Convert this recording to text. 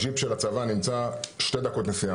הג'יפ של הצבא נמצא שתי דקות נסיעה